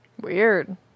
Weird